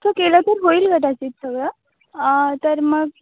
तसं केलं तर होईल कदाचित सगळं तर मग